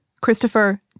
Christopher